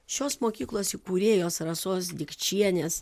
šios mokyklos įkūrėjos rasos dikčienės